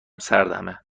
سردمه